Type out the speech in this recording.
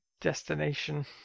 destination